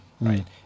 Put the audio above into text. right